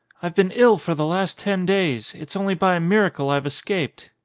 i've been ill for the last ten days, it's only by a miracle i've escaped.